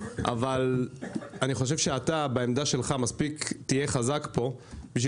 אבל בעמדה שלך אתה תהיה מספיק חזק פה כדי